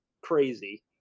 crazy